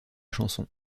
chanson